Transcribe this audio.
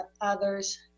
others